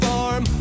Farm